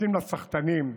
נותנים לסחטנים.